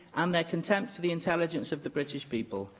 um their contempt for the intelligence of the british people.